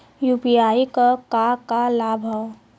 UPI क का का लाभ हव?